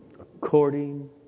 according